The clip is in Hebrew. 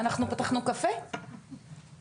פעמים